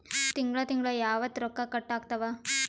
ತಿಂಗಳ ತಿಂಗ್ಳ ಯಾವತ್ತ ರೊಕ್ಕ ಕಟ್ ಆಗ್ತಾವ?